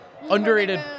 Underrated